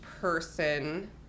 person